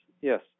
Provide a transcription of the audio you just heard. yes